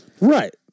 right